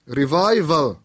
revival